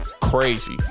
crazy